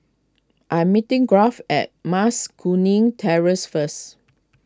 I'm meeting Garth at Mas Kuning Terrace first